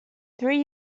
three